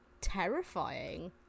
terrifying